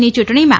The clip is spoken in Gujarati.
ની ચૂંટણીમાં